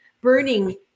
burning